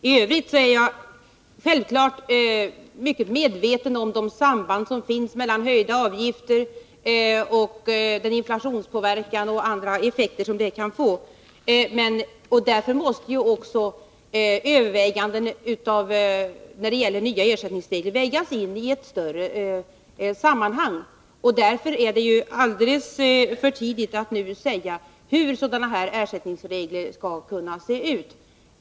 I övrigt är jag självfallet mycket medveten om de samband som finns mellan höjda avgifter och den inflationspåverkan och de andra effekter som detta kan få. Här måste också överväganden när det gäller nya ersättningsregler vägas in i ett större sammanhang. Och därför är det alldeles för tidigt 147 att nu säga hur sådana här ersättningsregler skall utformas.